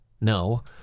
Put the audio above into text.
No